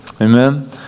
Amen